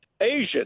Asian